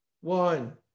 one